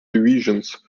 divisions